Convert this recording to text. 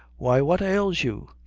why, what ails you?